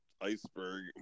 iceberg